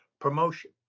promotion